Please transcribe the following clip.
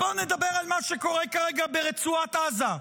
בואו נדבר על מה שקורה כרגע ברצועת עזה.